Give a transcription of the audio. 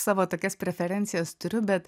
savo tokias preferencijas turiu bet